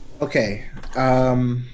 Okay